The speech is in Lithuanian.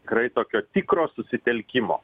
tikrai tokio tikro susitelkimo